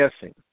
guessing